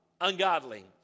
Ungodly